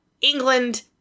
England